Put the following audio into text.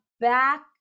back